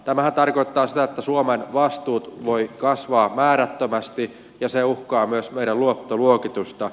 tämähän tarkoittaa sitä että suomen vastuut voivat kasvaa määrättömästi ja se uhkaa myös meidän luottoluokitusta